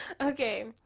Okay